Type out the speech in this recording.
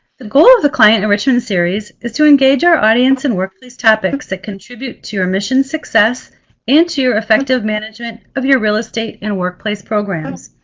the goal of the client enrichment series is to engage our audience and workplace topics that contribute to your mission success and to your effective management of your real estate and workplace programs.